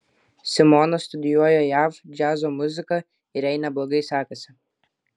simona studijuoja jav džiazo muziką ir jai neblogai sekasi